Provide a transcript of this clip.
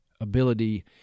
ability